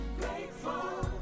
grateful